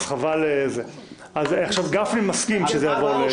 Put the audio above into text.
חבר הכנסת גפני מסכים שזה יעבור.